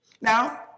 Now